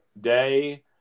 day